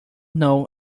know